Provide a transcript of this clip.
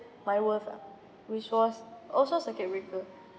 my worth ah which was also circuit breaker